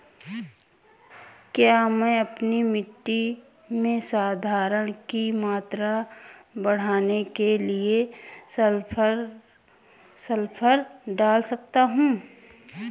क्या मैं अपनी मिट्टी में धारण की मात्रा बढ़ाने के लिए सल्फर डाल सकता हूँ?